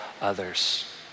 others